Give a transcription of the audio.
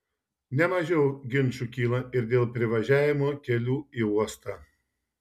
ne mažiau ginčų kyla ir dėl privažiavimo kelių į uostą